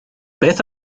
beth